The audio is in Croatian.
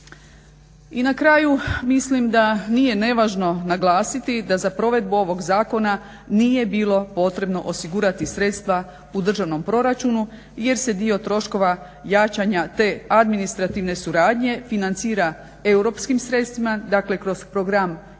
I na kraju mislim da nije nevažno naglasiti da za provedbu ovoga zakona nije bilo potrebno osigurati sredstva u državnom proračunu jer se dio troškova jačanja te administrativne suradnje financira europskim sredstvima, dakle kroz program IPA